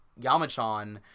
Yamachan